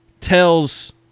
tells